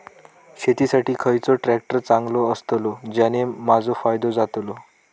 शेती साठी खयचो ट्रॅक्टर चांगलो अस्तलो ज्याने माजो फायदो जातलो?